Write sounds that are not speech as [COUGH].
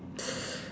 [NOISE]